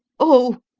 oh!